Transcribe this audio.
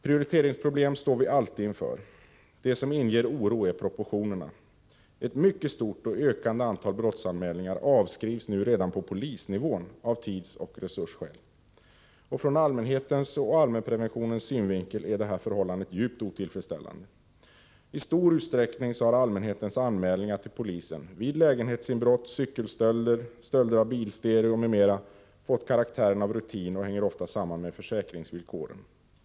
Prioriteringsproblem står vi alltid inför. Det som inger oro är proportionerna. Ett mycket stort och ökande antal brottsanmälningar avskrivs redan på polisnivån av tidsoch resursskäl. Ur allmänhetens och allmänpreventionens synvinkel är det här förhållandet djupt otillfredsställande. I stor utsträckning har allmänhetens anmälningar till polisen vid lägenhetsinbrott, cykelstölder, stölder av bilstereo, m.m. fått karaktären av rutin och hänger ofta samman med försäkringsvillkoren.